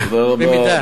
תודה רבה.